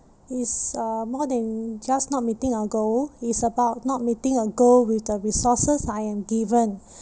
it's uh more than just not meeting a goal it's about not meeting a goal with the resources I am given